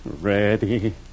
Ready